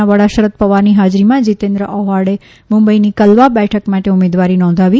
ના વડા શરદ પવારની હાજરીમાં જીતેન્દ્ર ઔહાડે મુંબઇની કલવા બેઠક માટે ઉમેદવારી નોંધાવી